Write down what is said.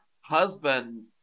husband